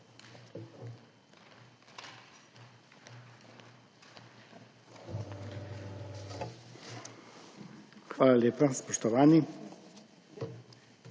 Hvala lepa. Spoštovani!